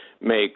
make